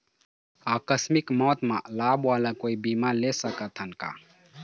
आकस मिक मौत म लाभ वाला कोई बीमा ले सकथन का?